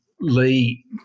Lee